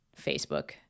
Facebook